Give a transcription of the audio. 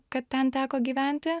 kad ten teko gyventi